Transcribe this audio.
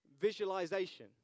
visualization